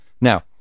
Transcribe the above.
now